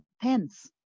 depends